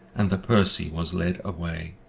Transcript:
and the percy was led away.